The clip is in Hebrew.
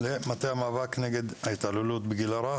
אנחנו עוברים למטה המאבק נגד ההתעללות בגיל הרך.